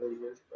years